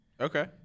Okay